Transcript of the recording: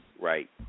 right